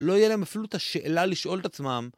לא יהיה להם אפילו את השאלה לשאול את עצמם.